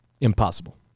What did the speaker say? impossible